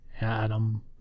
Adam